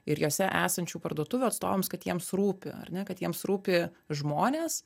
ir jose esančių parduotuvių atstovams kad jiems rūpi ar ne kad jiems rūpi žmonės